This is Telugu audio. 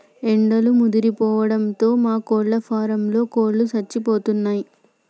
ఎండలు ముదిరిపోవడంతో మా కోళ్ళ ఫారంలో కోళ్ళు సచ్చిపోయినయ్